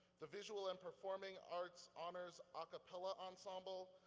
the visual and performing arts honors acappella ensemble,